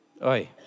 Oi